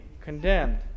condemned